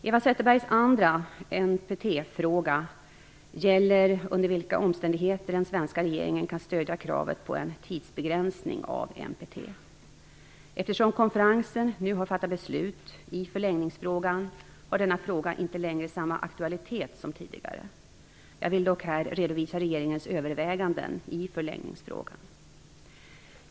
Eva Zetterbergs andra NPT-fråga gäller under vilka omständigheter den svenska regeringen kan stödja kravet på en tidsbegränsning av NPT. Eftersom konferensen nu har fattat beslut i förlängningsfrågan, har denna fråga inte längre samma aktualitet som tidigare. Jag vill dock här redovisa regeringens överväganden i förlängningsfrågan.